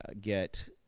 get